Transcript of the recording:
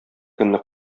көнне